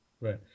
Right